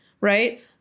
right